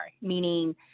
meaning